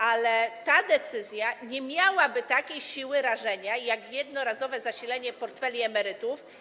Ale ta decyzja nie miałaby takiej siły rażenia jak jednorazowe zasilenie portfeli emerytów.